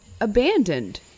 abandoned